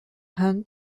hunt